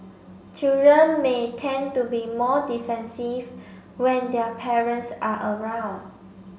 children may tend to be more defensive when their parents are around